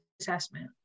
assessment